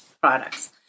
products